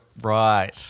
right